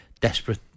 Desperate